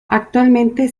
actualmente